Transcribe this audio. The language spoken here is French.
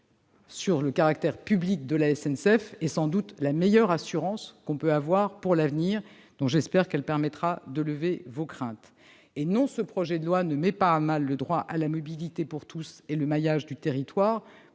le caractère public de la SNCF est sans doute la meilleure assurance dont on peut disposer pour l'avenir. J'espère que cette unanimité permettra de dissiper vos craintes. Non, ce projet de loi ne met pas à mal le droit à la mobilité pour tous ni le maillage du territoire.